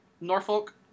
Norfolk